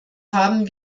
haben